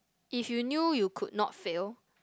if you knew you could not fail